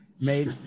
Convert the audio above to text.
made